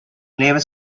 never